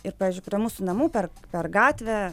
ir pavyzdžiui prie mūsų namų per per gatvę